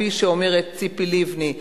כפי שאומרת ציפי לבני,